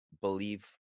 believe